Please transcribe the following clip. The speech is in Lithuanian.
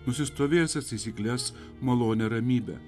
nusistovėjusias taisykles malonią ramybę